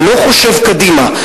שלא חושב קדימה,